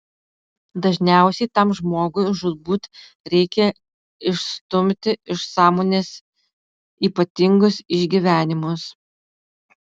dažniausiai tam žmogui žūtbūt reikia išstumti iš sąmonės ypatingus išgyvenimus